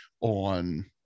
on